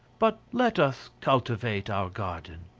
but let us cultivate our garden.